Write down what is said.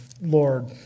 Lord